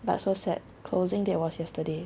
but so sad closing date was yesterday